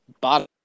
bottom